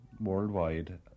worldwide